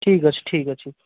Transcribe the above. ଠିକ୍ ଅଛି ଠିକ୍ ଅଛି